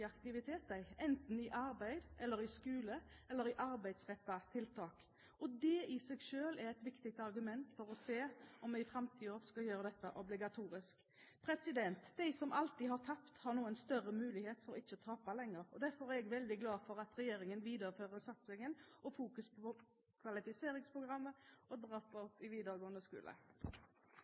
aktivitet, enten i arbeid, i skole eller i arbeidsrettede tiltak. Det i seg selv er et viktig argument for å se på om vi i framtiden skal gjøre dette obligatorisk. De som alltid har tapt, har nå en større mulighet til ikke å tape lenger. Derfor er jeg veldig glad for at regjeringen viderefører satsingen og fokuseringen på Kvalifiseringsprogrammet og «drop outs» i